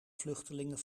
vluchtelingen